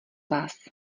vás